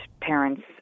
parents